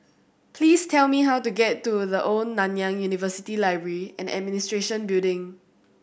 please tell me how to get to The Old Nanyang University Library and Administration Building